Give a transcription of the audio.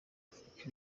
afurika